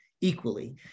equally